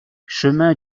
chemin